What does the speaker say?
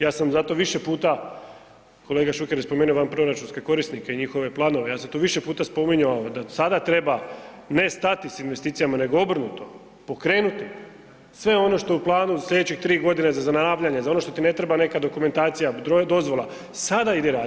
Ja sam zato više puta, kolega Šuker je spomenuo vanproračunske korisnike i njihove planove, ja sam to više puta spominjao da sada treba ne stati sa investicijama nego obrnuto, pokrenuti sve ono što je u planu sljedeće tri godine za zanavljanje, za ono što ti ne treba neka dokumentacija, dozvola sada idi radi.